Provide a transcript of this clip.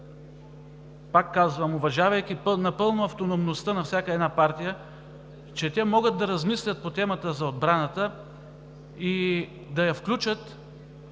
пак казвам, уважавайки напълно автономността на всяка партия: те могат да размислят по темата за отбраната и да я включат